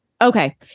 Okay